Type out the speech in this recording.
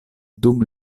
dum